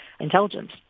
intelligence